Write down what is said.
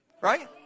right